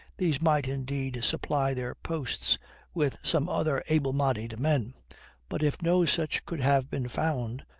these might, indeed, supply their posts with some other able-bodied men but if no such could have been found,